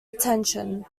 attention